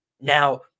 Now